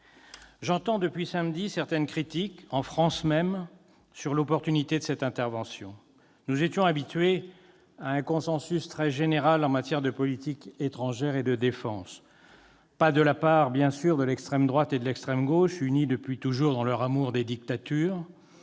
J'entends depuis samedi certaines critiques, en France même, sur l'opportunité de cette intervention. Nous étions habitués à un consensus très général en matière de politique étrangère et de défense. Pas de la part, bien sûr, de l'extrême droite et de l'extrême gauche, unies depuis toujours dans leur amour des dictatures,